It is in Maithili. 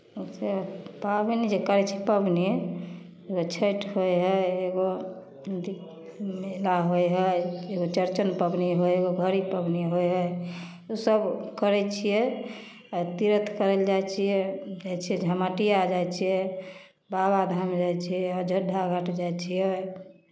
से पाबनि जे करै छी पाबनि एगो छठि होइ हइ एगो अथि मेला होइ हइ एगो चौरचन पाबनि होइ हइ ओ घड़ी पाबनि होइ हइ ओसभ करै छियै आ तीर्थ करै लए जाइ छियै जाइ छियै झमटिया जाइ छियै बाबाधाम जाइ छियै अयोध्या घाट जाइ छियै